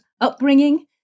upbringing